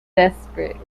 desperate